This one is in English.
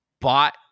bought